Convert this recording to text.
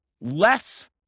less